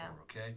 Okay